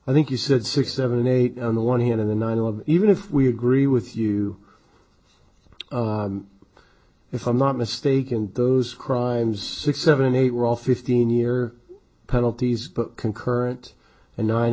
i think you said six seven eight on the one hand of the nine eleven even if we agree with you if i'm not mistaken those crimes six seven eight were all fifteen year penalties concurrent and nine